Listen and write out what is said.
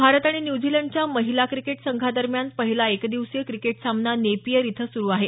भारत आणि न्यूझीलंडच्या महिला क्रिकेट संघादरम्यान पहिला एकदिवसीय क्रिकेट सामना नेपियर इथं सुरु आहे